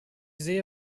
sehe